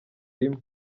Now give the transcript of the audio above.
rimwe